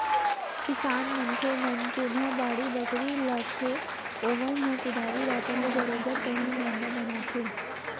किसान मनखे मन जेनहा बाड़ी बखरी लगाथे ओमन ह कुदारी रापा ले बरोबर पहिली मांदा बनाथे